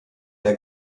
der